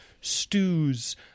stews